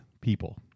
people